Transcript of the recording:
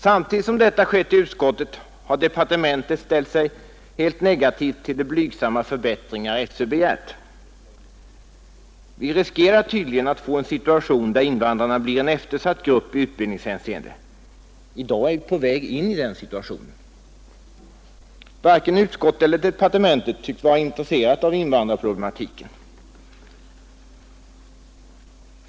Samtidigt som detta skett i utskottet har departementet ställt sig helt negativt till de blygsamma förbättringar SÖ begärt. Vi riskerar tydligen att få en situation där invandrarna blir en eftersatt grupp i utbildningshänseende. I dag är vi på väg in i den situationen. Varken utskottet eller departementet tycks vara intresserat av invandrarproblematiken.